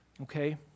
Okay